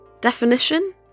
Definition